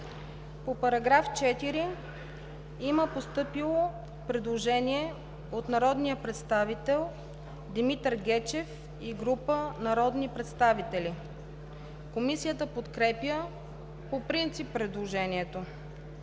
По § 5 е постъпило предложение от народния представител Димитър Гечев и група народни представители. Комисията подкрепя предложението.